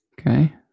okay